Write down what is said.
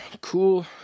Cool